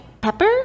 Pepper